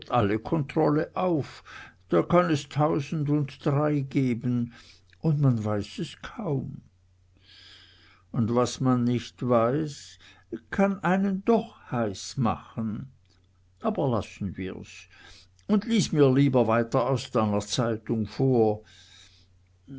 alle kontrolle auf da kann es tausend und drei geben und man weiß es kaum und was man nicht weiß kann einen doch heiß machen aber lassen wir's und lies mir lieber weiter aus deiner zeitung vor